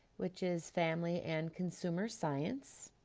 which is family and consumer science.